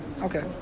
Okay